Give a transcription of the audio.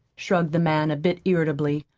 shrugged the man, a bit irritably.